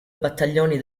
battaglioni